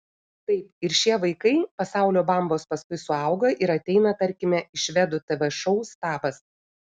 taip ir šie vaikai pasaulio bambos paskui suauga ir ateina tarkime į švedų tv šou stabas